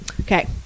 Okay